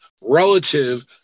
relative